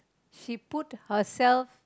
she put herself